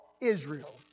Israel